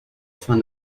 afin